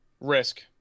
Risk